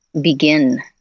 begin